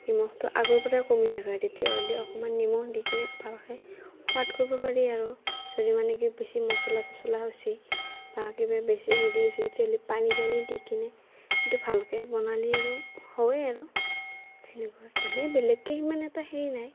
নিমখটো আগৰপৰাই কমি থাকে তেতিয়াহ'লে অকণমান নিমখ দি কিনে ভালকৈ সোৱাদ কৰিব পাৰি আৰু যদি মানে কি বেছি মচলা চছলা হৈছে বা কিবা বেছি হেৰি হৈছে তিতে হ'লে পানী চানী দি কিনে সেইটো ভালকৈ বনালে আৰু হয় আৰু সেনেকুৱা এনে বেলেগকৈ সিমান এটা হেৰি নাই